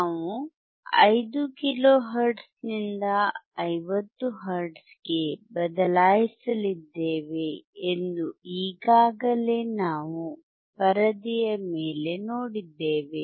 ನಾವು 5 ಕಿಲೋಹೆರ್ಟ್ಜ್ನಿಂದ 50 ಹರ್ಟ್ಜ್ಗೆ ಬದಲಾಯಿಸಲಿದ್ದೇವೆ ಎಂದು ಈಗಾಗಲೇ ನಾವು ಪರದೆಯ ಮೇಲೆ ನೋಡಿದ್ದೇವೆ